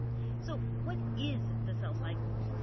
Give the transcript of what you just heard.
so what is the cell cycle?